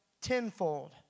tenfold